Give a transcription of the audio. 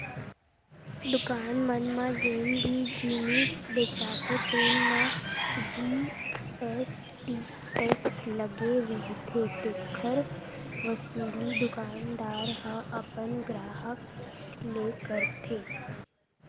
दुकान मन म जेन भी जिनिस बेचाथे तेन म जी.एस.टी टेक्स लगे रहिथे तेखर वसूली दुकानदार ह अपन गराहक ले करथे